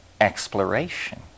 exploration